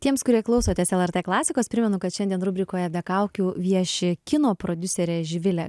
tiems kurie klausotės lrt klasikos primenu kad šiandien rubrikoje be kaukių vieši kino prodiuserė živilė